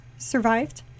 survived